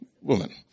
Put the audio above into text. woman